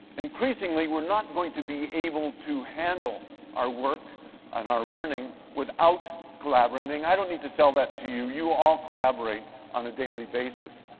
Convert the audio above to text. increasingly we're not going to be able to handle our work and our learning without collaborating. and i don't need to sell that to you, you all collaborate on a daily basis.